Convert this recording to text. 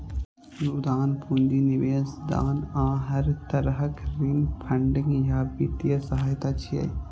अनुदान, पूंजी निवेश, दान आ हर तरहक ऋण फंडिंग या वित्तीय सहायता छियै